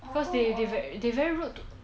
because because they very rude to